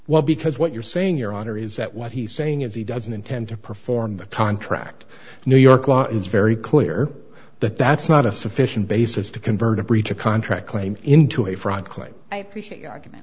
well because what you're saying your honor is that what he's saying is he doesn't intend to perform the contract new york law it's very clear that that's not a sufficient basis to convert a breach of contract claim into a fra